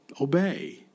obey